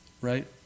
right